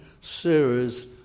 series